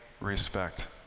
respect